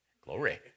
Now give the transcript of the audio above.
Glory